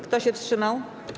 Kto się wstrzymał?